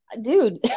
dude